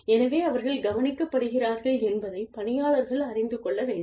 எனவே அவர்கள் கவனிக்கப்படுகிறார்கள் என்பதை பணியாளர்கள் அறிந்து கொள்ள வேண்டும்